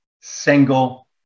single